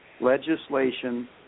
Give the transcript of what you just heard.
legislation